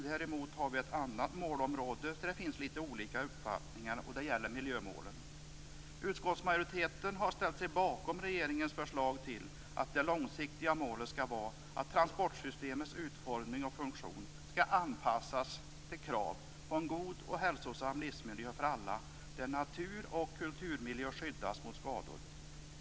Däremot har vi litet olika uppfattningar om ett annat målområde, och det gäller miljömålen. Utskottsmajoriteten har ställt sig bakom regeringens förslag till att det långsiktiga målet skall vara att transportsystemets utformning och funktion skall anpassas till krav på en god och hälsosam livsmiljö för alla, där natur och kulturmiljö skyddas mot skador.